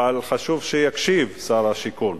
אבל חשוב שהוא יקשיב, שר השיכון.